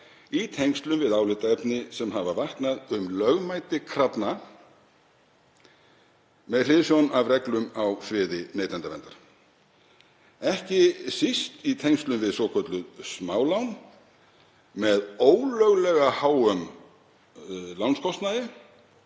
í tengslum við álitaefni sem hafa vaknað um lögmæti krafna með hliðsjón af reglum á sviði neytendaverndar. Ekki síst í tengslum við svokölluð smálán með ólöglega háum lánskostnaði